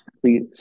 please